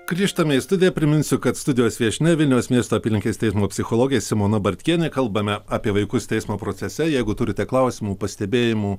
grįžtame į studiją priminsiu kad studijos viešnia vilniaus miesto apylinkės teismo psichologė simona bartkienė kalbame apie vaikus teismo procese jeigu turite klausimų pastebėjimų